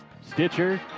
Stitcher